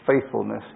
faithfulness